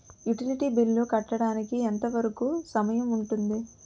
Utility bill కట్టడానికి ఎంత వరుకు సమయం ఉంటుంది?